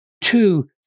two